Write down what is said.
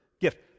gift